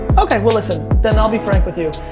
okay, well listen, then i'll be frank with you,